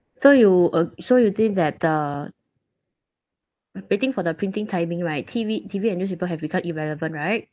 so you ag~ so you think that uh waiting for the printing timing right T_V T_V and newspaper have become irrelevant right